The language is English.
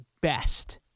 best